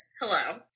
Hello